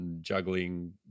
juggling